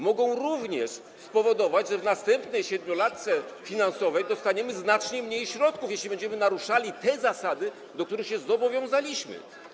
Mogą również spowodować, że w następnej siedmiolatce finansowej dostaniemy znacznie mniej środków, jeśli będziemy naruszali te zasady, do których przestrzegania się zobowiązaliśmy.